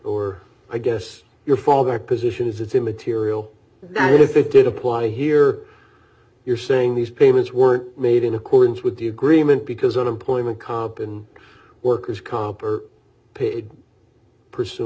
or i guess your fallback position is it's immaterial that if it did apply here you're saying these payments were made in accordance with the agreement because unemployment carbon workers comp are paid pursu